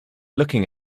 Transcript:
looking